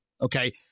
Okay